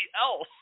else